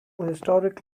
historic